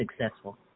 successful